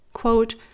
quote